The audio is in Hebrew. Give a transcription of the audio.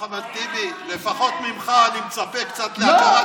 אחמד טיבי, לפחות ממך אני מצפה קצת להכרת תודה.